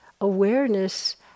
awareness